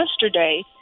yesterday